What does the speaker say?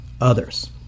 others